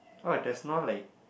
oh there's no like